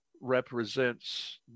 represents